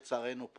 לצערנו,